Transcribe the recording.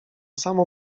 samo